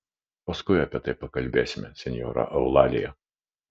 paskui apie tai pakalbėsime senjora eulalija